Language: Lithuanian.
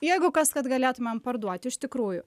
jeigu kas kad galėtumėm parduot iš tikrųjų